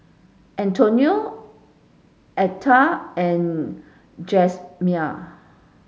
Antonia Atha and Jazmyne